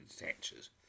attaches